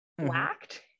whacked